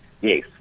Yes